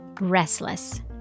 restless